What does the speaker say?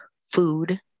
food